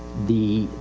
the,